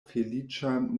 feliĉan